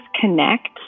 connect